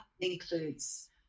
includes